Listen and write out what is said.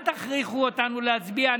אל תכריחו אותנו להצביע.